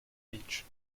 inch